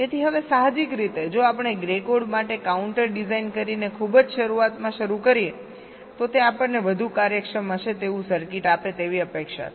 તેથી હવે સાહજિક રીતે જો આપણે ગ્રે કોડ માટે કાઉન્ટર ડિઝાઈન કરીને ખૂબ જ શરૂઆતમાં શરૂ કરીએ તો તે આપણને વધુ કાર્યક્ષમ હશે તેવું સર્કિટ આપે તેવી અપેક્ષા છે